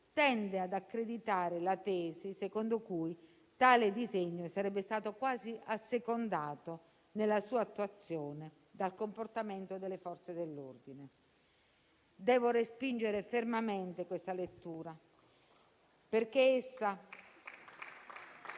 tende ad accreditare la tesi secondo cui tale disegno sarebbe stato quasi assecondato, nella sua attuazione, dal comportamento delle Forze dell'ordine. Devo respingere fermamente questa lettura.